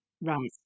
Right